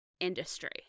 industry